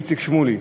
איציק שמולי,